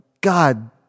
God